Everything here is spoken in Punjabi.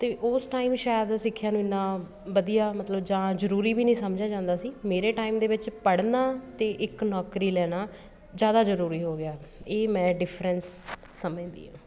ਅਤੇ ਉਸ ਟਾਈਮ ਸ਼ਾਇਦ ਸਿੱਖਿਆ ਨੂੰ ਇੰਨਾ ਵਧੀਆ ਮਤਲਬ ਜਾਂ ਜ਼ਰੂਰੀ ਵੀ ਨਹੀਂ ਸਮਝਿਆ ਜਾਂਦਾ ਸੀ ਮੇਰੇ ਟਾਈਮ ਦੇ ਵਿੱਚ ਪੜ੍ਹਨਾ ਅਤੇ ਇੱਕ ਨੌਕਰੀ ਲੈਣਾ ਜ਼ਿਆਦਾ ਜ਼ਰੂਰੀ ਹੋ ਗਿਆ ਇਹ ਮੈਂ ਡਿਫਰੈਂਸ ਸਮਝਦੀ ਹਾਂ